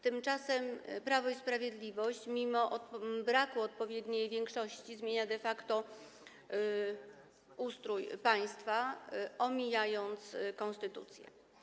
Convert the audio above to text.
Tymczasem Prawo i Sprawiedliwość mimo braku odpowiedniej większości zmienia de facto ustrój państwa, omijając konstytucję.